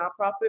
nonprofit